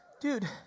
Dude